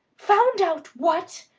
found out what?